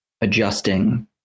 adjusting